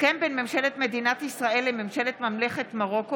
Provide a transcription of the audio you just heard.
הסכם בין ממשלת מדינת ישראל לממשלת ממלכת מרוקו